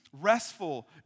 restful